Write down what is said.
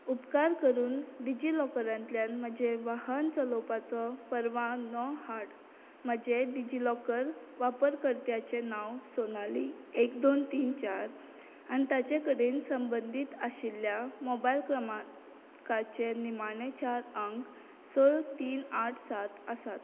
उपकार करून डिजी लॉकरांतल्यान म्हजें वाहन चलोपाचो परवानो हाड म्हजें डिजी लॉकर वापरकर्त्याचें नांव सोनाली एक दोन तीन चार आनी ताचे कडेन संबंदीत आशिल्ल्या मोबायल क्रमांकाचे निमाणे चार अंक स तीन आठ सात आसात